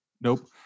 Nope